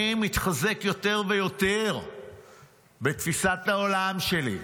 אני מתחזק יותר ויותר בתפיסת העולם שלי.